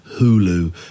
Hulu